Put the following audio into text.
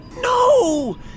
No